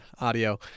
audio